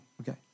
Okay